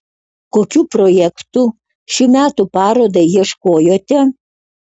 kokių projektų šių metų parodai ieškojote